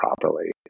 properly